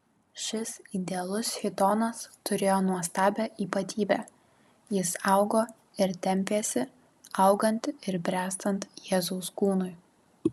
šis idealus chitonas turėjo nuostabią ypatybę jis augo ir tempėsi augant ir bręstant jėzaus kūnui